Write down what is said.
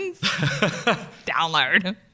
download